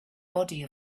body